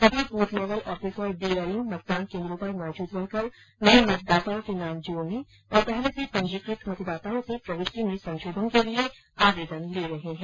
सभी booth level officer BLO मतदान केन्द्रों पर मौजूद रहकर नए मतदाताओं के नाम जोड़ने और पहले से पंजीकृत मतदाताओं से प्रविष्टी में संशोधन के लिए आवेदन ले रहे हैं